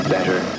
Better